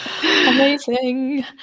Amazing